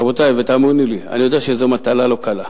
רבותי, ותאמינו לי, אני יודע שזו מטלה לא קלה,